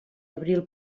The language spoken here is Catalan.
abril